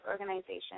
organization